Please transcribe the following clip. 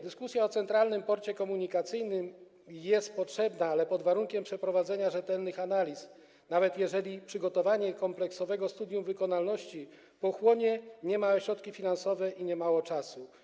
Dyskusja o Centralnym Porcie Komunikacyjnym jest potrzebna, ale pod warunkiem przeprowadzenia rzetelnych analiz, nawet jeżeli przygotowanie kompleksowego studium wykonalności pochłonie niemałe środki finansowe i niemało czasu.